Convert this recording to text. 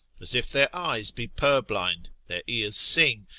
as if their eyes be purblind, their ears sing,